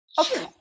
Okay